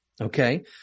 Okay